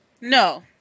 No